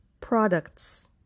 Products